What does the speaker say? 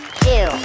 two